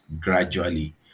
gradually